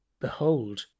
behold